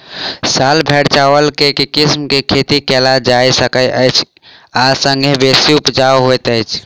साल भैर चावल केँ के किसिम केँ खेती कैल जाय सकैत अछि आ संगे बेसी उपजाउ होइत अछि?